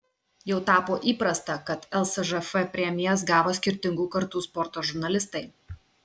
jau tapo įprasta kad lsžf premijas gavo skirtingų kartų sporto žurnalistai